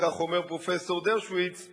כך אומר פרופסור דרשוביץ,